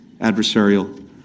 adversarial